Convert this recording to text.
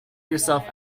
yourself